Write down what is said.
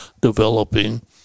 developing